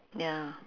ya